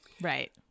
Right